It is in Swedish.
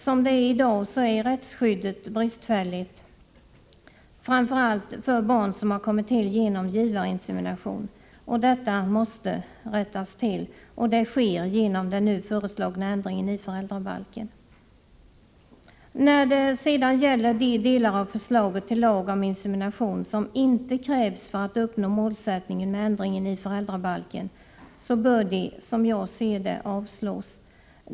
Som det är i dag är rättsskyddet bristfälligt — framför allt för barn som har kommit till genom givarinsemination — och detta måste rättas till. Det sker genom den nu föreslagna ändringen i föräldrabalken. När det sedan gäller de delar av förslaget till lag om insemination, som inte krävs för att uppnå målsättningen med ändringen i föräldrabalken, bör de — som jag ser det — avslås.